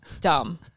Dumb